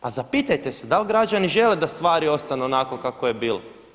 Pa zapitajte se da li građani žele da stvari ostanu onako kako je bilo.